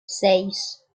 seis